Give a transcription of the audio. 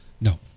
No